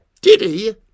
diddy